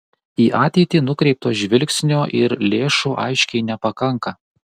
į ateitį nukreipto žvilgsnio ir lėšų aiškiai nepakanka